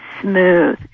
smooth